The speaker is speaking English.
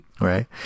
Right